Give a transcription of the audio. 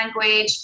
language